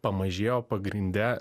pamažėjo pagrinde